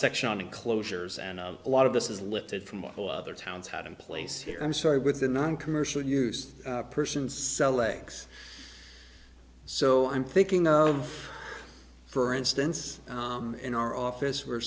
section in closures and a lot of this is lifted from a whole other towns had in place here i'm sorry with the noncommercial use persons sell legs so i'm thinking of for instance in our office where